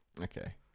Okay